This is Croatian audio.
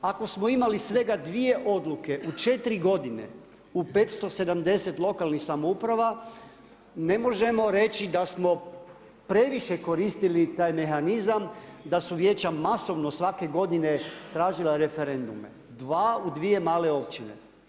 Ako smo imali svega dvije odluke u 4 godine u 570 lokalnih samouprava ne možemo reći da smo previše koristili taj mehanizam, da su vijeća masovno svake godine tražila referendume, dva u dvije male općine.